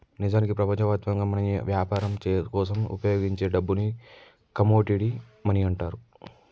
నిజానికి ప్రపంచవ్యాప్తంగా మనం యాపరం కోసం ఉపయోగించే డబ్బుని కమోడిటీ మనీ అంటారు